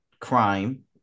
crime